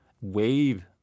wave